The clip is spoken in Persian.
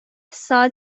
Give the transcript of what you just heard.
سال